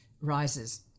rises